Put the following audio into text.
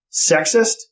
sexist